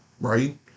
Right